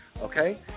Okay